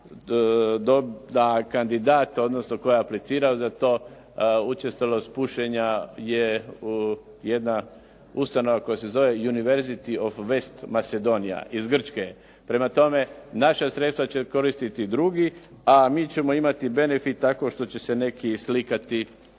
kandidat odnosno tko je aplicirao za to učestalost pušenja je jedna ustanova koja se zove University of west Macedonia iz Grčke. Prema tome, naša sredstva će koristiti drugi, a mi ćemo imati benefit tako što će se neki slikati